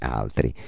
altri